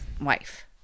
wife